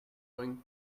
going